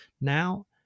Now